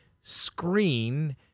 screen